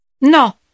No